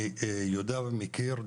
אני יודע ומכיר,